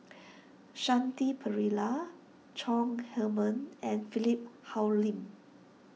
Shanti Pereira Chong Heman and Philip Hoalim